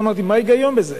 אמרתי: מה ההיגיון בזה?